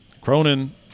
Cronin